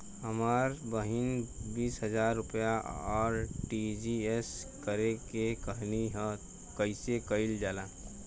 हमर बहिन बीस हजार रुपया आर.टी.जी.एस करे के कहली ह कईसे कईल जाला?